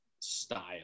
style